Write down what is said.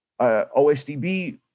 OSDB